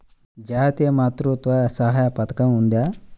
జాతీయ మాతృత్వ సహాయ పథకం ఉందా?